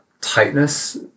tightness